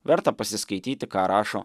verta pasiskaityti ką rašo